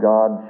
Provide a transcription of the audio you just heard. God